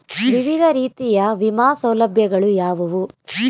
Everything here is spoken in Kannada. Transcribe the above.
ವಿವಿಧ ರೀತಿಯ ವಿಮಾ ಸೌಲಭ್ಯಗಳು ಯಾವುವು?